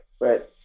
Right